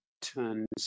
turns